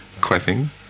clapping